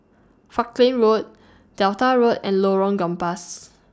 Falkland Road Delta Road and Lorong Gambas